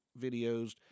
videos